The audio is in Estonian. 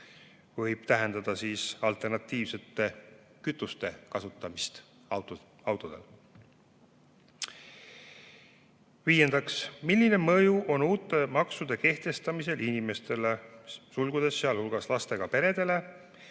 võib tähendada alternatiivsete kütuste kasutamist autodel. Viiendaks: "Milline mõju on uute maksude kehtestamisel inimeste (sealhulgas lastega peredele)